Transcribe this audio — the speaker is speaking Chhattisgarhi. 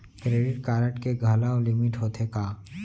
क्रेडिट कारड के घलव लिमिट होथे का?